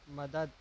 مدد